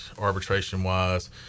arbitration-wise